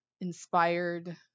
inspired